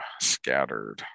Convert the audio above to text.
scattered